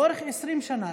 לאורך 20 שנה,